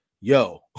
yo